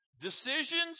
Decisions